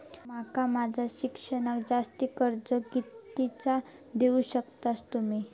माका माझा शिक्षणाक जास्ती कर्ज कितीचा देऊ शकतास तुम्ही?